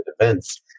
events